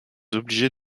obligés